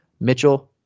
Mitchell